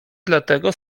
dlatego